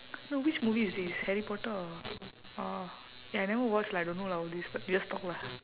no which movie is this harry potter or orh eh I never watch lah I don't know lah all this but we just talk lah